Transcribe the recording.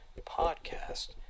podcast